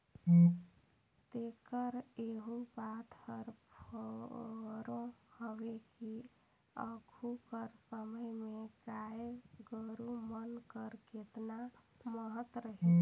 तेकर एहू बात हर फुरों हवे कि आघु कर समे में गाय गरू मन कर केतना महत रहिस